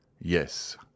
Yes